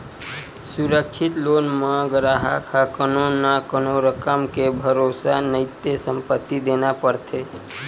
सुरक्छित लोन म गराहक ह कोनो न कोनो रकम के भरोसा नइते संपत्ति देना परथे